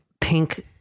pink